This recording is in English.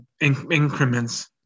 increments